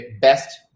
best